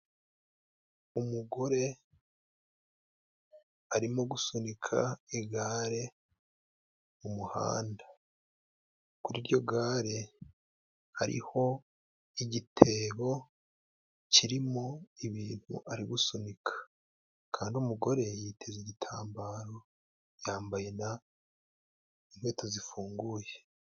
Umugore arimo gusunika igare mu umuhanda, kuri iryo gare hariho igitebo kirimo ibintu ari gusunika, kandi uwo umugore yiteze igitambaro, yambaye na inkweto zifunguye.